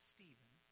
Stephen